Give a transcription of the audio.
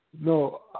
No